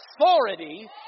authority